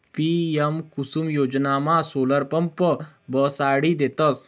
PM Kusum योजनामा solar pump बसाडी देतस